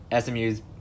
SMU's